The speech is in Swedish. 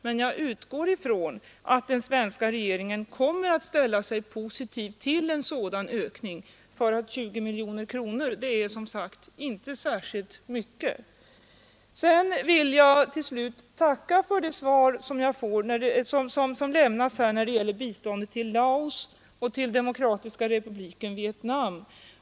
Men jag utgår från att den svenska regeringen kommer att ställa sig positiv till en sådan ökning, för 20 miljoner kronor är som sagt inte särskilt mycket. Till slut vill jag tacka för det besked som lämnats när det gäller biståndet till Laos och till Demokratiska republiken Vietnam.